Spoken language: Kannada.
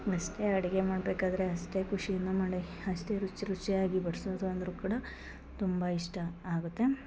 ಮೆಷ್ಟೇ ಅಡಿಗೆ ಮಾಡ್ಬೇಕಾದರೆ ಅಷ್ಟೇ ಖುಷಿಯಿಂದ ಮಾಡಿ ಅಷ್ಟೇ ರುಚಿ ರುಚ್ಯಾಗಿ ಬಡ್ಸೋದು ಅಂದ್ರ ಕೂಡ ತುಂಬ ಇಷ್ಟ ಆಗುತ್ತೆ